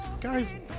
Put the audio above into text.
guys